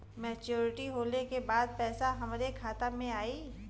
Maturity होले के बाद पैसा हमरे खाता में आई?